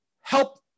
help